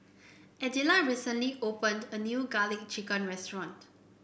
Idella recently opened a new garlic chicken restaurant